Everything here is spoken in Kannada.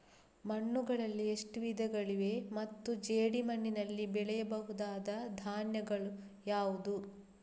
ಮಣ್ಣುಗಳಲ್ಲಿ ಎಷ್ಟು ವಿಧಗಳಿವೆ ಮತ್ತು ಜೇಡಿಮಣ್ಣಿನಲ್ಲಿ ಬೆಳೆಯಬಹುದಾದ ಧಾನ್ಯಗಳು ಯಾವುದು?